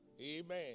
Amen